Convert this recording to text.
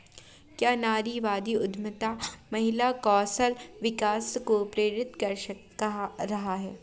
क्या नारीवादी उद्यमिता महिला कौशल विकास को प्रेरित कर रहा है?